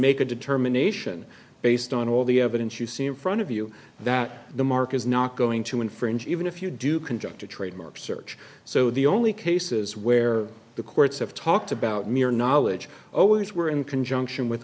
make a determination based on all the evidence you see in front of you that the mark is not going to infringe even if you do conduct a trademark search so the only cases where the courts have talked about me are knowledge always were in conjunction with